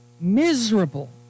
miserable